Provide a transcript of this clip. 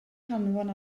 hanfon